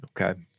Okay